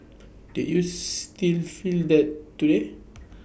did you still feel that today